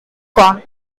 cohn